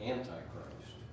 Antichrist